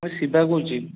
ମୁଁ ଶିବା କହୁଛି